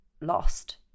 lost